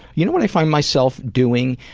you know what i find myself doing,